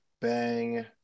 bang